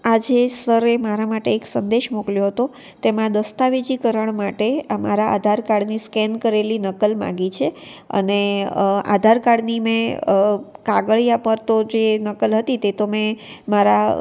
આજે સરે મારા માટે એક સંદેશ મોકલ્યો હતો તેમાં દસ્તાવેજીકરણ માટે અમારા આધારકાર્ડની સ્કેન કરેલી નકલ માંગી છે અને આધારકાર્ડની મેં કાગળિયા પર તો જે નકલ હતી તે તો મેં મારા